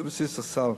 להרחבת בסיס הסל.